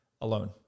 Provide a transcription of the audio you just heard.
alone